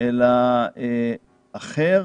אלא מענה אחר.